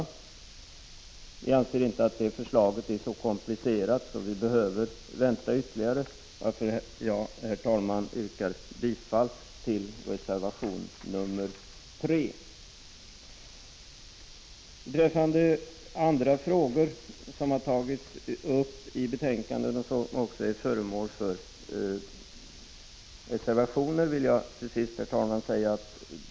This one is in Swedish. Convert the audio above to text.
Vi tycker inte att förslaget är så komplicerat att vi behöver vänta ytterligare, varför jag, herr talman, yrkar bifall till reservation nr 3. Herr talman! Vissa av de övriga frågor som har tagits upp i betänkandet 2 och som också har föranlett reservationer bereds i annat sammanhang.